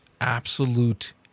absolute